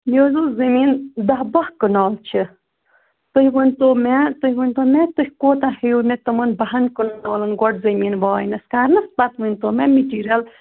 مےٚ حظ اوس زٔمیٖن دَہ بَاہ کنال چھِ تُہۍ ؤنۍتو مےٚ تُہۍ ؤنۍتو مےٚ تُہۍ کوتاہ ہیِٚیِو مےٚ تِمَن بَاہَن کنالَن گۄڈٕ زٔمیٖن واینَس کَرنَس پَتہٕ ؤنۍتو مےٚ مِٹیٖریَل